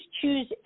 choose